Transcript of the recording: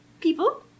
people